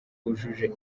bujuje